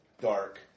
dark